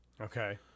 Okay